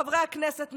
חברי הכנסת,